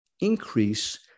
increase